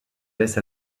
laisse